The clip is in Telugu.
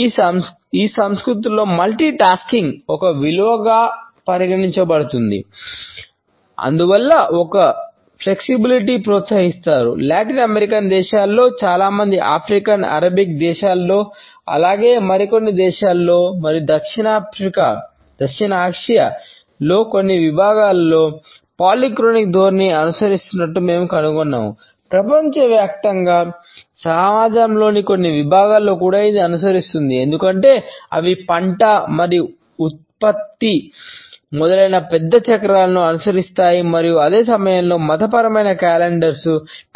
ఈ సంస్కృతులలో మల్టీ టాస్కింగ్